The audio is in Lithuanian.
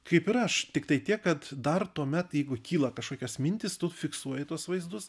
kaip ir aš tiktai tiek kad dar tuomet jeigu kyla kažkokios mintys tu fiksuoji tuos vaizdus